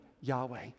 Yahweh